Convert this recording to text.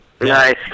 nice